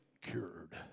cured